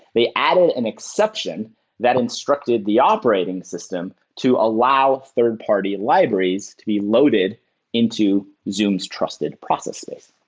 they add an an exception that instructed the operating system to allow third-party libraries to be loaded into zoom's trusted processes.